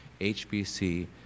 HBC